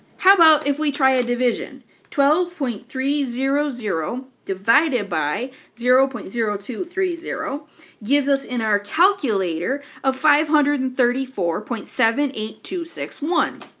how about if we try a division twelve point three zero zero divided by zero point zero two three zero gives us in our calculator five hundred and thirty four point seven eight two six one.